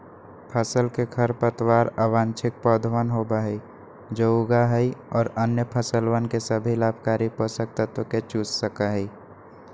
फसल के खरपतवार अवांछित पौधवन होबा हई जो उगा हई और अन्य फसलवन के सभी लाभकारी पोषक तत्व के चूस सका हई